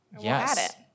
Yes